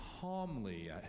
calmly